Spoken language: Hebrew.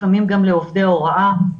לפעמים גם לעובדי הוראה.